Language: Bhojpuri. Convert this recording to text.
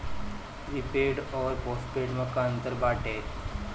प्रीपेड अउर पोस्टपैड में का अंतर बाटे?